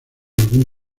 algún